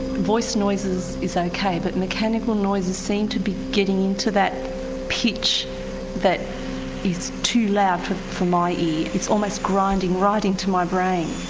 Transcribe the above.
voice noises is ok but mechanical noises seem to be getting into that pitch that is too loud for my ear, it's almost grinding right into my brain.